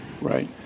Right